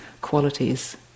qualities